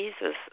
Jesus